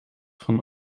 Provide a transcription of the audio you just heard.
van